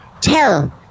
tell